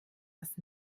das